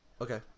Okay